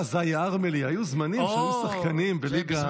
היה זאהי ארמלי, היו זמנים שהיו שחקנים בליגה,